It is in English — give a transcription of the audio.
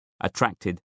attracted